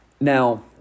Now